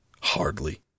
Hardly